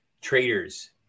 traders